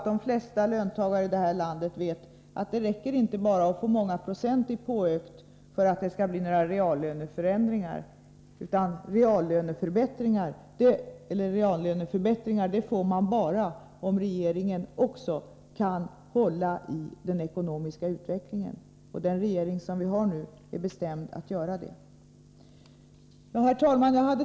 De flesta löntagare vet nog att det inte räcker med att få många procent i påökning för att det skall bli några reallöneförbättringar. Sådana får man bara, om regeringen också kan hålla i den ekonomiska utvecklingen. Den regering som vi nu har är bestämd att göra det. Herr talman!